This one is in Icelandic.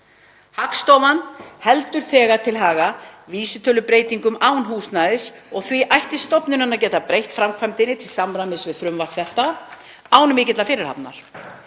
„Hagstofan heldur þegar til haga vísitölubreytingum án húsnæðis og því ætti stofnunin að geta breytt framkvæmdinni til samræmis við frumvarp þetta án mikillar fyrirhafnar.